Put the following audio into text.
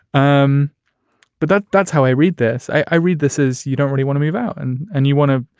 um but that's that's how i read this. i read this as you don't really want to move out and and you want to.